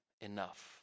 enough